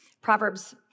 Proverbs